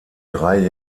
drei